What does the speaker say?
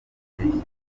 gaheshyi